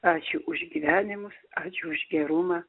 ačiū už gyvenimus ačiū už gerumą